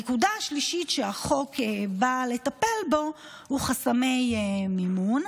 הנקודה השלישית שהחוק בא לטפל בה היא חסמי מימון.